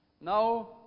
Now